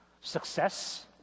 Success